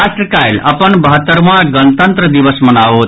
राष्ट्र काल्हि अपन बहत्तरवाँ गणतंत्र दिवस मनाओत